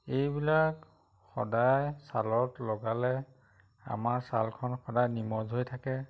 এইবিলাক সদায় চালত লগালে আমাৰ চালখন সদায় নিমজ হৈ থাকে